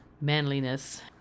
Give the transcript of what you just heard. Manliness